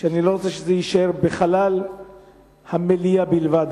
שאני לא רוצה שזה יישאר בחלל המליאה בלבד,